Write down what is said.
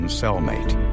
cellmate